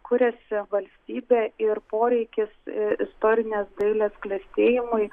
kuriasi valstybė ir poreikis istorinės dailės klestėjimui